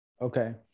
okay